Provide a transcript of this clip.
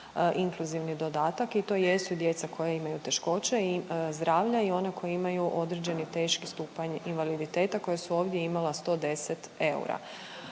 inkluzivni dodatak i to jesu djeca koja imaju teškoće zdravlja i oni koji imaju određeni teški stupanj invaliditeta koji su ovdje imala 110 eura.